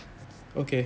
okay